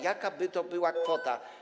Jaka by to była kwota?